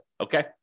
okay